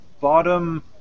bottom